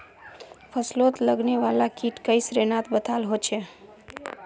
फस्लोत लगने वाला कीट कई श्रेनित बताल होछे